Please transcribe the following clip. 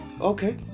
okay